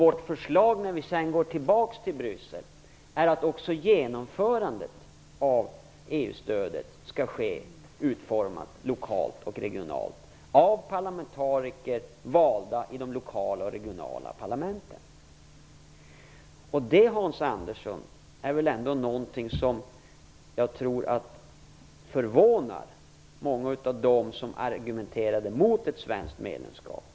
Vårt förslag när vi på nytt vänder oss till Bryssel är att också genomförandet av EU-stödet skall utformas lokalt och regionalt av parlamentariker, valda i de lokala och regionala parlamenten. Det är något, Hans Andersson, som jag tror förvånar många av dem som argumenterade mot ett svenskt EU-medlemskap.